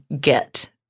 get